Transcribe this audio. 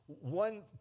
one